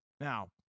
Now